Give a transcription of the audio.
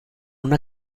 una